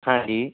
ਹਾਂਜੀ